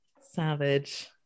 Savage